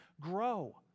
grow